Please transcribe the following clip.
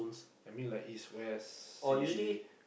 I mean like East West C_B_D